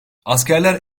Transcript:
askerler